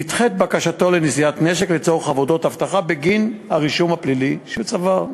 נדחית בקשתו לנשיאת נשק לצורך עבודת אבטחה בגין הרישום הפלילי שהוא צבר.